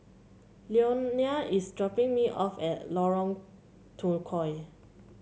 Leonia is dropping me off at Lorong Tukol